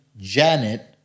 Janet